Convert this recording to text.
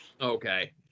Okay